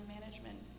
management